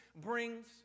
brings